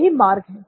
यही मार्ग है